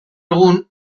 egun